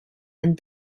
and